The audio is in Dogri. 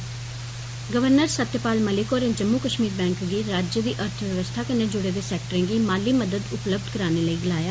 गवर्नर सत्यपाल मलिक होरें जम्मू कश्मीर बैंक गी राज्य दी अर्थ व्यवस्था कन्नै जुड़े दे सैक्टरें गी माली मदद उपलब्ध कराने लेई गलाया